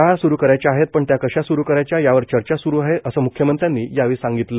शाळा स्रु करायच्या आहेत पण त्या कशा स्रु करायच्या यावर चर्चा स्रु आहे असं म्ख्यमंत्र्यांनी यावेळी सांगितलं